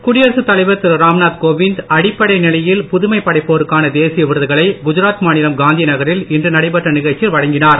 குடியரசு தலைவர் திரு ராம்நாத் கோவிந்த் அடிப்படை நிலையில் புதுமை படைப்போருக்கான தேசிய விருதுகளை குஜராத் மாநிலம் காந்திநகரில் இன்று நடைபெற்ற நிகழ்ச்சியில் வழங்கினார்